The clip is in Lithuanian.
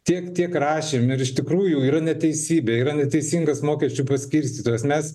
tiek tiek rašėm ir iš tikrųjų yra neteisybė yra neteisingas mokesčių paskirstytojas mes